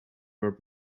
were